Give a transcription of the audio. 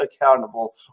accountable